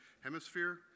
Hemisphere